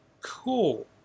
cool